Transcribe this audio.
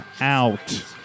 out